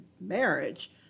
marriage